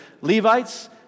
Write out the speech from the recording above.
Levites